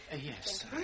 Yes